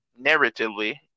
narratively